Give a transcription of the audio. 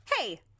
Hey